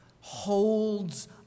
holds